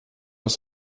aus